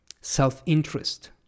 self-interest